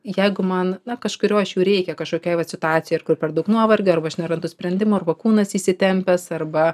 jeigu man na kažkurio iš jų reikia kažkokiai vat situacijai ir kur per daug nuovargio arba aš nerandu sprendimo arba kūnas įsitempęs arba